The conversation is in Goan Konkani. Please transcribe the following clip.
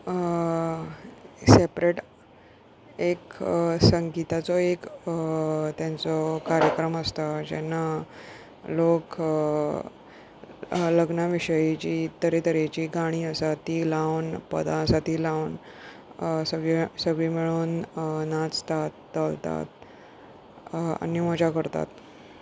सेपरेट एक संगीताचो एक तेंचो कार्यक्रम आसता जेन्ना लोक लग्ना विशयीची तरेतरेची गाणी आसा तीं लावन पदां आसा तीं लावन सगळीं सगळीं मेळन नाचतात धोलतात आनी मजा करतात